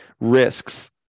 risks